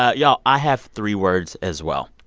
ah y'all, i have three words, as well